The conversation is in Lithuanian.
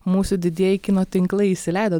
mūsų didieji kino tinklai įsileido